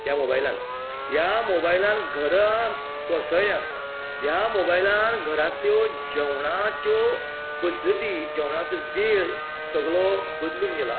ह्या मोबायलान ह्या मोबायलान घरां कोसळ्यांत ह्या मोबायलान घरांतल्यो जवणाच्यो पध्दती जवणाचो वेळ सगळो बदलून गेला